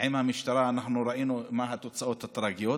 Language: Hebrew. עם המשטרה, אנחנו ראינו מה התוצאות הטרגיות,